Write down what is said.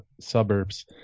suburbs